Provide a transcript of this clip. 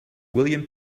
william